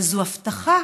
אבל זו הבטחה